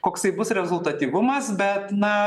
koksai bus rezultatyvumas bet na